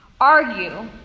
argue